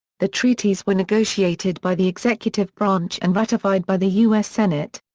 the treaties were negotiated by the executive branch and ratified by the u s. senate.